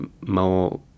more